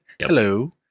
Hello